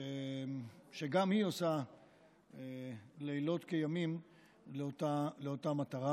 שגם היא עושה לילות כימים לאותה מטרה.